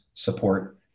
support